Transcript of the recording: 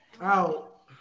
Out